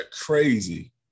crazy